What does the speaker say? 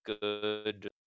good